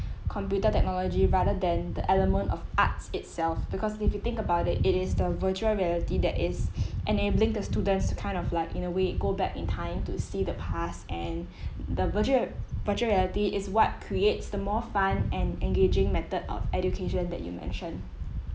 computer technology rather than the element of arts itself because if you think about it it is the virtual reality that is enabling the students to kind of like in a way go back in time to see the past and the virtual virtual reality is what creates the more fun and engaging method of education that you mentioned